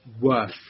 worth